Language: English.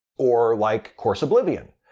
or like course oblivion,